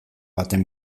baten